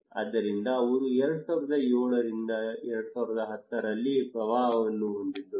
ಆದ್ದರಿಂದ ಅವರು 2007 2010 ರಲ್ಲಿ ಪ್ರವಾಹವನ್ನು ಹೊಂದಿದ್ದರು